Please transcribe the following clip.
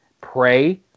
pray